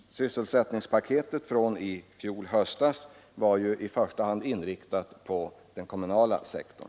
Sysselsättningspaketet från i fjol höstas var ju i första hand inriktat på den kommunala sektorn.